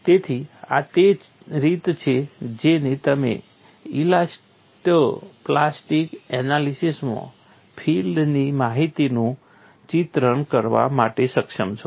તેથી આ તે રીત છે જેને તમે ઇલાસ્ટો પ્લાસ્ટિક એનાલિસીસમાં ફીલ્ડની માહિતીનું ચિત્રણ કરવા માટે સક્ષમ છો